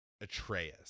Atreus